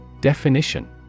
Definition